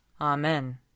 Amen